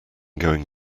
going